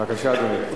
בבקשה, אדוני.